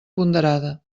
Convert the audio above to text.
ponderada